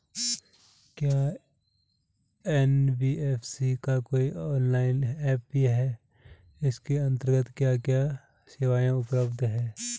क्या एन.बी.एफ.सी का कोई ऑनलाइन ऐप भी है इसके अन्तर्गत क्या क्या सेवाएँ उपलब्ध हैं?